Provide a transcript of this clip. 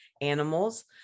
animals